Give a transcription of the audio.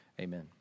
Amen